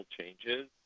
changes